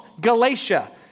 Galatia